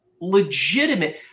legitimate –